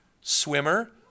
Swimmer